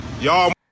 Y'all